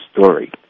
story